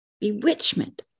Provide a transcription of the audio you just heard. bewitchment